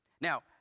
Now